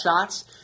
shots